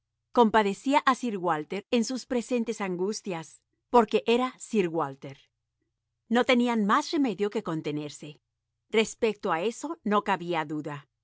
compadecía a sir walter en sus presentes angustias porque era sir walter no tenían más remedio que contenerse respecto a eso no cabía duda